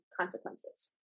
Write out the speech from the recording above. consequences